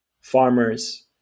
farmers